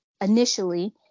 initially